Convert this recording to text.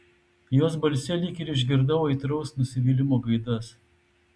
jos balse lyg ir išgirdau aitraus nusivylimo gaidas